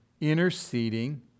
interceding